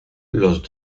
los